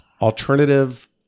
alternative